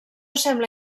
sembla